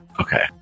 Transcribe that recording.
Okay